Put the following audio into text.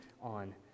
on